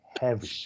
heavy